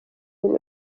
bintu